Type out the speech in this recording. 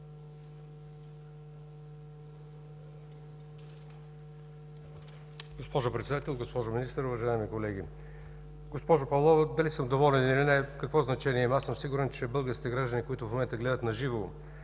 Госпожо Председател, госпожо Министър, уважаеми колеги! Госпожо Павлова, дали съм доволен или не, какво значение има. Аз съм сигурен, че българските граждани, които в момента гледат на живо